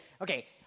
Okay